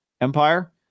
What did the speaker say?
empire